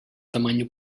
tamaño